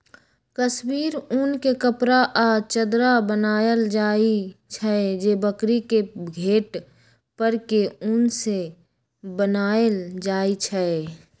कस्मिर उन के कपड़ा आ चदरा बनायल जाइ छइ जे बकरी के घेट पर के उन से बनाएल जाइ छइ